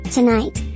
Tonight